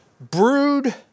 Brood